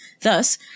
Thus